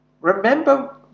Remember